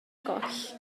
goll